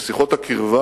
ששיחות הקרבה